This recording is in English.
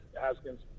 Haskins